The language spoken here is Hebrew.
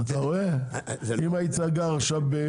אתה רואה, אם היית גר עכשיו.